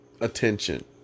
attention